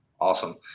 Awesome